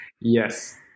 Yes